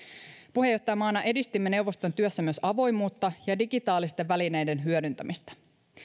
puheenjohtajamaana edistimme neuvoston työssä myös avoimuutta ja digitaalisten välineiden hyödyntämistä